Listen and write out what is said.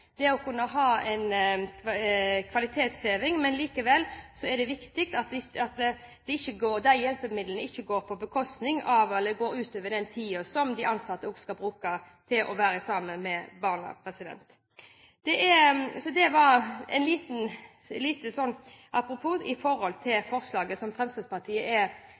det skal kunne forenkle hverdagen, at man får en kvalitetsheving. Men det er likevel viktig at disse hjelpemidlene ikke går på bekostning av barna, at det går ut over den tiden som de ansatte skal bruke til å være sammen med barna. Det var et lite apropos til forslaget som Fremskrittspartiet